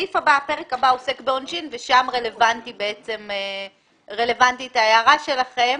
הפרק הבא עוסק בעונשין ושם רלוונטית ההערה שלכם.